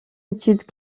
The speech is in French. études